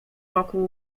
roku